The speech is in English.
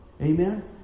Amen